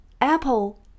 Apple